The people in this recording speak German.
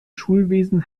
schulwesen